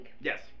Yes